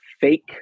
fake